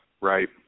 Right